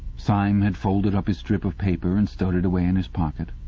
syme had folded up his strip of paper and stowed it away in his pocket.